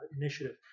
initiative